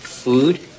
Food